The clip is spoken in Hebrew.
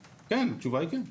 כן, התשובה היא כן.